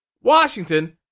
Washington